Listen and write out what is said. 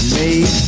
made